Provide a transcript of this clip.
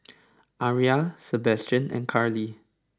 Aria Sebastian and Carli